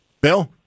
Bill